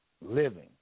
living